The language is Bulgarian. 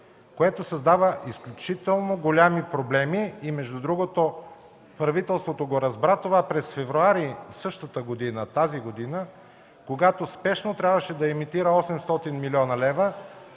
което създава изключително големи проблеми. Между другото, правителството разбра това през февруари същата година, тази година, когато спешно трябваше да емитира 800 млн. лв.,